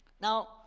now